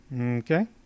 Okay